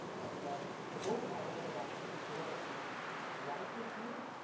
and the books i learned about, a lot of these writers here.